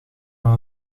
van